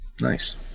Nice